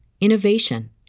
innovation